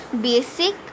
basic